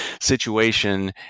situation